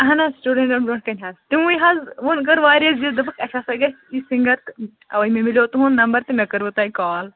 اَہَن حظ سِٹوٗڈنٹن برٛونٛٹھ کنہِ حظ تِموٕے حظ ووٚن کوٚر واریاہ ضِد دوٚپُک اَسہِ ہاسا گژھِ یہِ سِنگر اَوے میلیو مےٚ تُہُنٛد نَمبر تہٕ مےٚ کوٚروٕ تۅہہِ کال